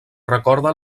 recorda